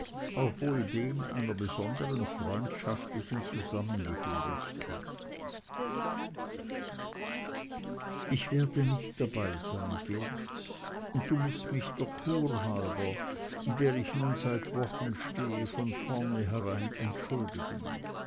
auch wohl den einer besonderen freundschaftlichen zusammengehörigkeit ich werde nicht dabeisein geert und du mußt mich der kur halber in der ich nun seit wochen stehe von vornherein entschuldigen